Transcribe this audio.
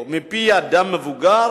מפי אדם מבוגר